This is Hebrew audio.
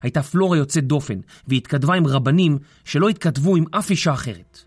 הייתה פלורה יוצאת דופן והתכתבה עם רבנים שלא התכתבו עם אף אישה אחרת.